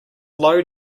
low